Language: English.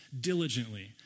diligently